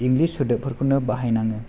English सोदोबफोरखौनो बाहायनाङो